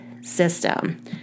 system